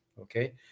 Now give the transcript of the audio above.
okay